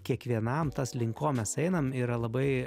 kiekvienam tas link ko mes einam yra labai